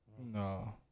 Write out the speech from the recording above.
No